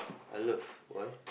I love why